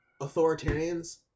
authoritarians